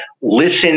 Listen